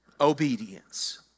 obedience